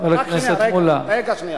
חבר הכנסת מולה,